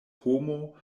homo